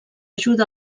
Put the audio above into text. ajuda